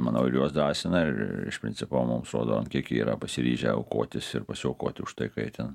manau ir juos drąsina ir iš principo mums rodo an kiek jie yra pasiryžę aukotis ir pasiaukoti už tai ką jie tan